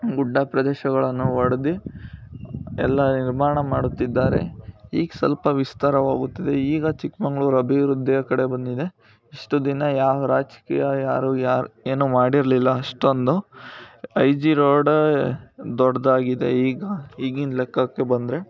ಗುಡ್ಡ ಪ್ರದೇಶಗಳನ್ನು ಒಡ್ದಿ ಎಲ್ಲ ನಿರ್ಮಾಣ ಮಾಡುತ್ತಿದ್ದಾರೆ ಈಗ ಸ್ವಲ್ಪ ವಿಸ್ತಾರವಾಗುತ್ತಿದೆ ಈಗ ಚಿಕ್ಕಮಗಳೂರು ಅಭಿವೃದ್ಧಿಯ ಕಡೆ ಬಂದಿದೆ ಇಷ್ಟು ದಿನ ಯಾವ ರಾಜಕೀಯ ಯಾರು ಯಾರು ಏನೂ ಮಾಡಿರಲಿಲ್ಲ ಅಷ್ಟೊಂದು ಐ ಜಿ ರೋಡ ದೊಡ್ಡದಾಗಿದೆ ಈಗ ಈಗಿನ ಲೆಕ್ಕಕ್ಕೆ ಬಂದರೆ